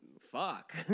fuck